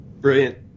Brilliant